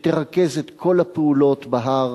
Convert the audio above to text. שתרכז את כל הפעולות בהר,